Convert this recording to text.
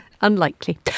Unlikely